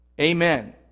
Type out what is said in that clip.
Amen